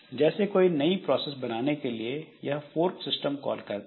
जैसे कोई नई प्रोसेस बनाने के लिए यह फोर्क सिस्टम कॉल करता है